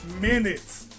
minutes